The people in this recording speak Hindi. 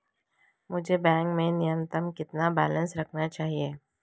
मुझे बैंक में न्यूनतम बैलेंस कितना रखना चाहिए?